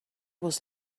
was